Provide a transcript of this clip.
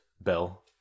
bell